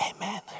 amen